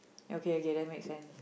okay okay that make sense